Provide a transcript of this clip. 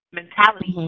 mentality